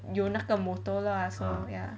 有那个 motor lah so ya